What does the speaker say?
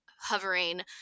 hovering